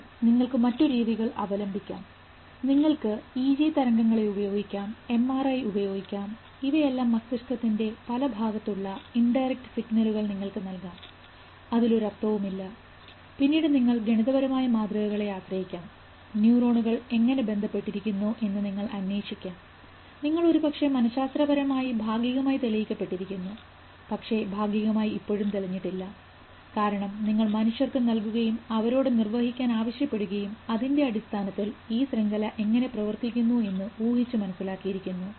എന്നാൽ നിങ്ങൾക്ക് മറ്റു രീതികൾ അവലംബിക്കാംനിങ്ങൾക്ക് ഈ ജി തരംഗങ്ങളെ ഉപയോഗിക്കാം എംആർഐ ഉപയോഗിക്കാം ഇവയെല്ലാം മസ്തിഷ്കത്തിൻറെ പല ഭാഗത്തുള്ള ഉള്ള ഇൻഡയറക്ട് സിഗ്നലുകൾ നിങ്ങൾക്ക് നൽകാം അതിലൊരു അർത്ഥവുമില്ല പിന്നീട് നിങ്ങൾ ഗണിതപരമായ മാതൃകകളെ ആശ്രയിക്കാം ന്യൂറോണുകൾ എങ്ങനെ ബന്ധപ്പെട്ടിരിക്കുന്നു എന്ന്നിങ്ങൾ അന്വേഷിക്കാം നിങ്ങൾ ഒരുപക്ഷേ മനഃശാസ്ത്രപരമായി ഭാഗികമായി തെളിയിക്കപ്പെട്ടിരിക്കുന്നു പക്ഷേ ഭാഗികമായി ഇപ്പോഴും തെളിഞ്ഞിട്ടില്ല കാരണം നിങ്ങൾ മനുഷ്യർക്ക് നൽകുകയും അവരോട് നിർവഹിക്കാൻ ആവശ്യപ്പെടുകയും അതിൻറെ അടിസ്ഥാനത്തിൽ ഈ ശൃംഖല എങ്ങനെ പ്രവർത്തിക്കുന്നു എന്ന് ഊഹിച്ച് മനസ്സിലാക്കിയിരിക്കുന്നു